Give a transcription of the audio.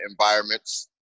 environments